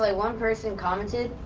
like one person commented